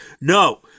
No